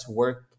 work